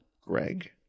Greg